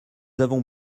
avons